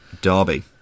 Derby